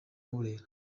burera